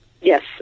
Yes